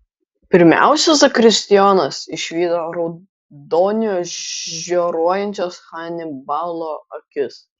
pirmiausia zakristijonas išvydo raudoniu žioruojančias hanibalo akis